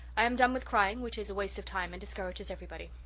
i am done with crying which is a waste of time and discourages everybody.